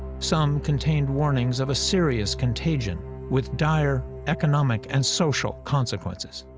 some contained warnings of a serious contagion with dire economic and social consequences.